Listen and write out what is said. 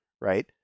right